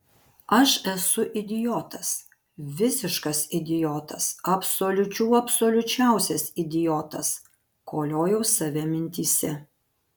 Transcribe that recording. aš esu idiotas visiškas idiotas absoliučių absoliučiausias idiotas koliojau save mintyse